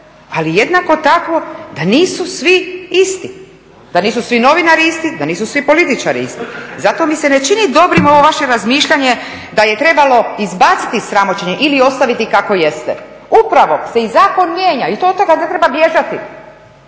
ali jednako tako da nisu svi isti, da nisu svi novinari isti, da nisu svi političari isti. Zato mi se ne čini dobrim ovo vaše razmišljanje da je trebalo izbaciti sramoćenje ili ostaviti kako jeste. Upravo se i zakon mijenja i od toga ne treba bježati.